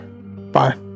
Bye